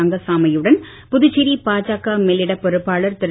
ரங்கசாமியுடன் புதுச்சேரி பாஜக மேலிடப் பொறுப்பாளர் திரு